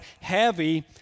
heavy